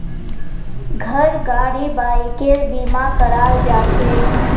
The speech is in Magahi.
घर गाड़ी बाइकेर बीमा कराल जाछेक